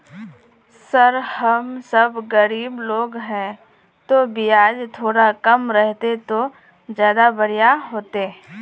sir हम सब गरीब लोग है तो बियाज थोड़ा कम रहते तो ज्यदा बढ़िया होते